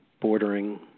bordering